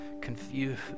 confused